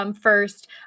first